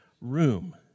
room